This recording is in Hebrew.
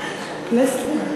פלסנר.